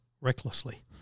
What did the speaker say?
recklessly